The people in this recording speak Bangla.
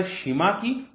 আকারের সীমা কি